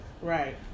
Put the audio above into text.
Right